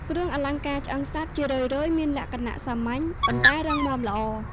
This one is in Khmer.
គ្រឿងអលង្ការឆ្អឹងសត្វ ជារឿយៗមានលក្ខណៈសាមញ្ញ ប៉ុន្តែរឹងមាំល្អ។